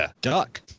Duck